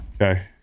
Okay